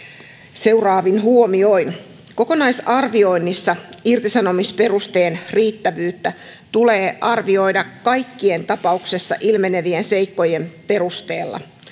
seuraavin huomioin kokonaisarvioinnissa irtisanomisperusteen riittävyyttä tulee arvioida kaikkien tapauksessa ilmenevien seikkojen perusteella